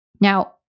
Now